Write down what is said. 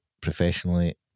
professionally